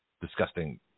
disgusting